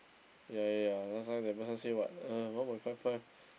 ya ya ya last time that person say what uh one point five five